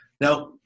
Now